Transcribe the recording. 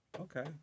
Okay